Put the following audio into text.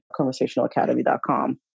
conversationalacademy.com